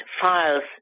files